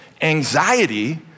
anxiety